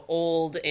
old